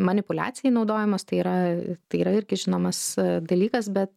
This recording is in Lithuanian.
manipuliacijai naudojamos tai yra tai yra irgi žinomas dalykas bet